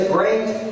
great